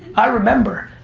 i remember.